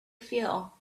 feel